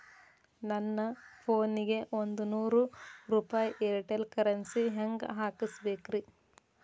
ನನ್ನ ಫೋನಿಗೆ ಒಂದ್ ನೂರು ರೂಪಾಯಿ ಏರ್ಟೆಲ್ ಕರೆನ್ಸಿ ಹೆಂಗ್ ಹಾಕಿಸ್ಬೇಕ್ರಿ?